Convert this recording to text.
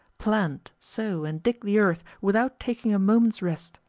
plant, sow, and dig the earth without taking a moment's rest.